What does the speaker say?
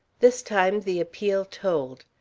this time the appeal told.